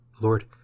Lord